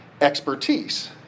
expertise